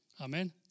Amen